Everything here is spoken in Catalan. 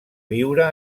viure